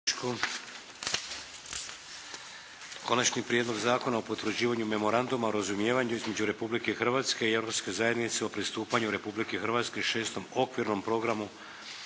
Konačni prijedlog zakona o potvrđivanju Memoranduma o razumijevanju između Republike Hrvatske i Europske zajednice o pristupanju Republike Hrvatske šestom okvirnom programu